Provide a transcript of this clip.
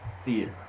theater